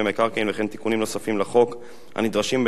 וכן תיקונים נוספים לחוק הנדרשים בין היתר לאור